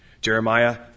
Jeremiah